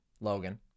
Logan